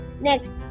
Next